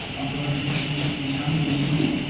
i'm going to introduce yang liu,